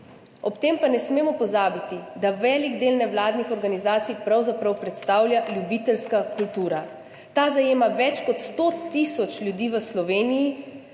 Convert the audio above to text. Ob tem pa ne smemo pozabiti, da velik del nevladnih organizacij pravzaprav predstavlja ljubiteljska kultura. Ta zajema več kot 100 tisoč ljudi v Sloveniji